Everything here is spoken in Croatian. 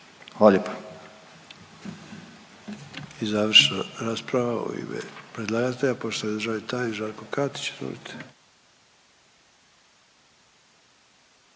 Hvala lijepa.